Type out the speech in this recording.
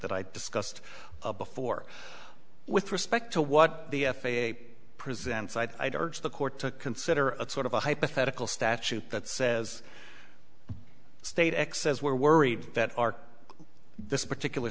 that i discussed before with respect to what the f a a presents i'd urge the court to consider a sort of a hypothetical statute that says state x says we're worried that our this particular